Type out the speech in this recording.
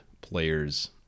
players